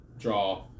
Draw